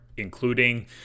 including